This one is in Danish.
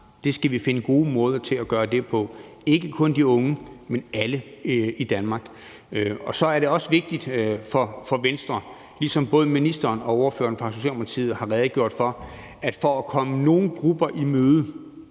skal vi finde gode måder at gøre det på. Det gælder ikke kun de unge, men alle i Danmark. Så er det også vigtigt for Venstre, ligesom både ministeren og ordføreren for Socialdemokratiet har redegjort for, at vi altså ikke for at komme nogle grupper i møde